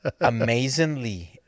Amazingly